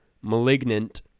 Malignant